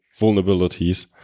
vulnerabilities